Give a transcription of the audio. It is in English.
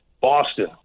Boston